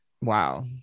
Wow